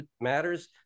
matters